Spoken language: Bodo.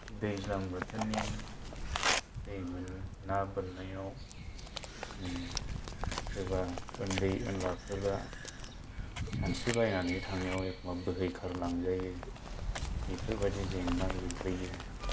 दैज्लां बोथोरनि दैबो ना बोननायाव सोरबा उनदै उनलाफोरा सानस्रिबायनानै थांनायाव एखम्बा बोहैखारलां जायो बेफोरबायदि जेंना मोनबोयो